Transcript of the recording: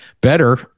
better